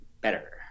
better